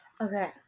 Okay